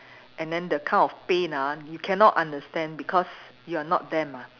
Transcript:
and then the kind of pain ah you cannot understand because you are not them ah